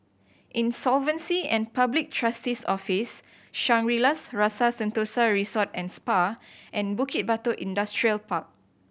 Insolvency and Public Trustee's Office Shangri La's Rasa Sentosa Resort and Spa and Bukit Batok Industrial Park